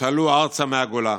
שעלו ארצה מהגולה,